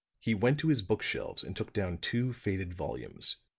he went to his book-shelves and took down two faded volumes.